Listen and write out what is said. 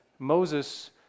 Moses